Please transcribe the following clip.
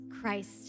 Christ